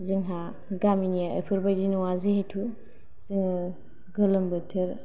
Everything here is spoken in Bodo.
जोंहा गामिनिया इफोरबायदि नंआ जेहैतु जोंङो गोलोम बोथोर